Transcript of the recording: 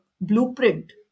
blueprint